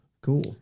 Cool